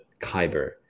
Kyber